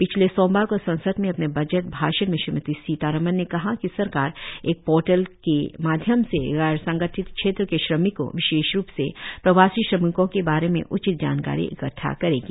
पिछले सोमवार को संसद में अपने बजट भाषण में श्रीमती सीतारामन ने कहा कि सरकार एक पोर्टल के माध्यम से गैर संगठित क्षेत्र के श्रमिकों विशेष रूप से प्रवासी श्रमिकों के बारे में उचित जानकारी इकद्वा करेगी